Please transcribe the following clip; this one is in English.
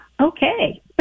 Okay